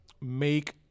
make